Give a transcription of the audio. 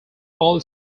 all